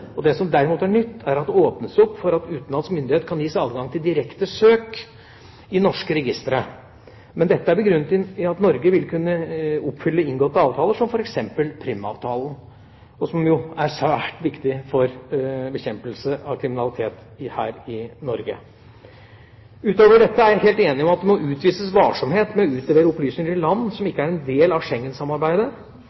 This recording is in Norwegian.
Det som derimot er nytt, er at det åpnes opp for at utenlandsk myndighet kan gis adgang til direkte søk i norske registre, men dette er begrunnet i at Norge vil kunne oppfylle inngåtte avtaler – som f.eks. Prüm-avtalen – som jo er svært viktig for bekjempelse av kriminalitet her i Norge. Utover dette er jeg helt enig i at det må utvises varsomhet med å utlevere opplysninger til land som